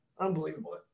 Unbelievable